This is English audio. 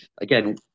again